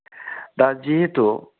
दा जिहेतु